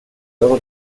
loro